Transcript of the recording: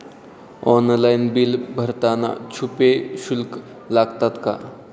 Online bill भरताना छुपे शुल्क लागतात का?